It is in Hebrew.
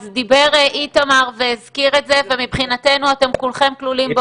אז דיבר איתמר והזכיר את זה ומבחינתנו אתם כולכם כלולים ב